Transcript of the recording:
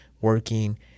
working